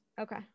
Okay